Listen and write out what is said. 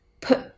put